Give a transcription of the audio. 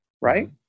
right